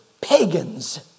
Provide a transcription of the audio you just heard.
pagans